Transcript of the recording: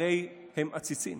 הרי הם עציצים.